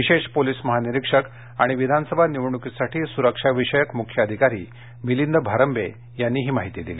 विशेष पोलीस महानिरीक्षक आणि विधानसभा निवडणुकीसाठी सुरक्षा विषयक मुख्य अधिकारी मिलिंद भारंबे यांनी ही माहिती दिली